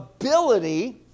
ability